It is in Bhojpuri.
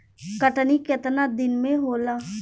कटनी केतना दिन मे होला?